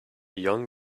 young